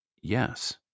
Yes